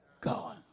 God